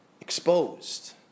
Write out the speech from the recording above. exposed